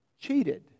cheated